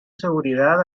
seguridad